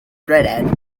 britain